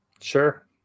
Sure